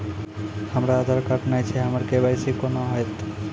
हमरा आधार कार्ड नई छै हमर के.वाई.सी कोना हैत?